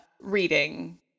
reading